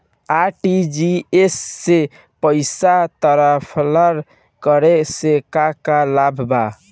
RTGS से पईसा transfer करे मे का का लागत बा?